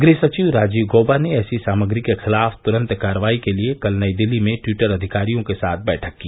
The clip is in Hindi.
गृह सचिव राजीव गौबा ने ऐसी सामग्री के खिलाफ तुरंत कार्रवाई के लिए कल नई दिल्ली में टिवटर अधिकारियों के साथ बैठक की